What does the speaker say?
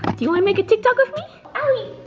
do you wanna make a tiktok with me?